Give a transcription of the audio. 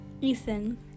Ethan